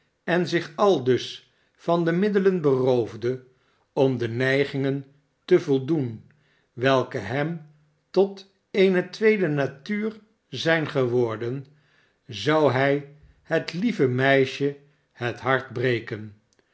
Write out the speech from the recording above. en zich aldus van de middelen beroofde om de neigingen te voldoen welke hem tot eene tweede natuur zijn geworden zou hij het lieve meisje het hart breken